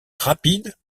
rapides